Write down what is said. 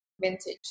vintage